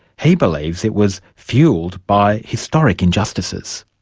he believes it was fuelled by historic injustices.